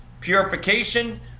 purification